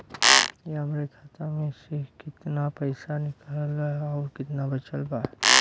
भईया हमरे खाता मे से कितना पइसा निकालल ह अउर कितना बचल बा?